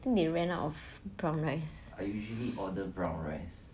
think they ran out of brown rice